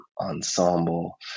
ensemble